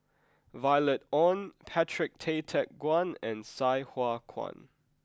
Violet Oon Patrick Tay Teck Guan and Sai Hua Kuan